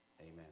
Amen